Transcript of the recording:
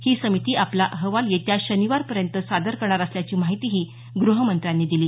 ही समिती आपला अहवाल येत्या शनिवारपर्यंत सादर करणार असल्याची माहिती गृहमंत्र्यांनी दिली